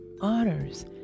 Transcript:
honors